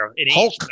Hulk